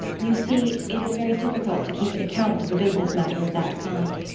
you see, it is very difficult to keep an account of a business matter of that kind.